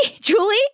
Julie